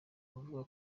kuvuga